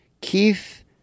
Keith